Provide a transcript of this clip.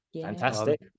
Fantastic